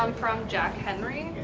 um from jack-henry.